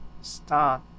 Start